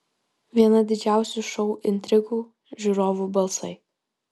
viena didžiausių šou intrigų žiūrovų balsai